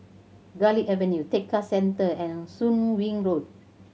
Garlick Avenue Tekka Centre and Soon Wing Road